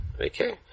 Okay